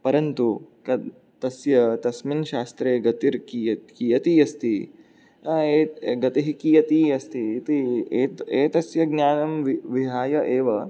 परन्तु तस्य तस्मिन् शास्त्रे गतिर्किय कियती अस्ति गतिः कियती अस्ति इति एत् एतस्य ज्ञानं विहाय एव